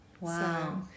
Wow